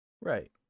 Right